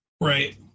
right